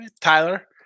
tyler